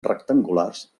rectangulars